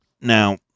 Now